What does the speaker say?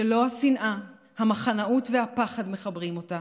שלא השנאה, המחנאות והפחד מחברים אותה,